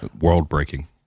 world-breaking